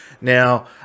Now